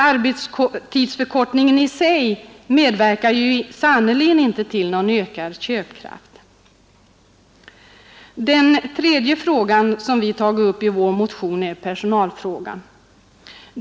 Arbetstidsförkortningen i sig medverkar sannerligen inte till någon ökad köpkraft. Den tredje frågan som vi tagit upp i vår motion är personalfrågan.